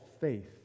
faith